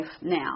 now